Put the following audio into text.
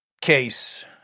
case